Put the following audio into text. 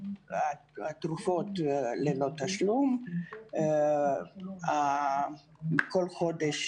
התרופות ללא תשלום, בכל חודש